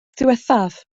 ddiwethaf